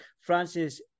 Francis